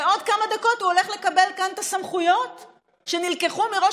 ועוד כמה דקות הוא הולך לקבל כאן את הסמכויות שנלקחו מראש